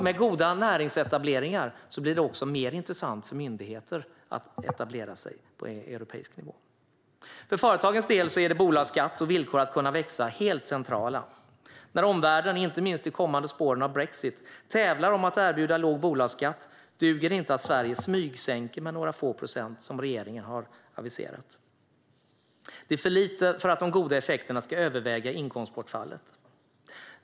Med goda näringsetableringar blir det också mer intressant för myndigheter på europeisk nivå att etablera sig. För företagens del är bolagsskatt och villkor för att kunna växa helt centrala. När omvärlden, inte minst inför brexit, tävlar om att erbjuda låg bolagsskatt duger det inte att Sverige smygsänker med några få procent så som regeringen har aviserat. Det är för lite för att de goda effekterna ska överväga inkomstbortfallet.